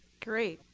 great.